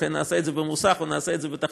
לכן נעשה את זה במוסך או נעשה את זה בתחנות,